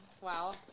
Wow